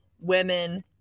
women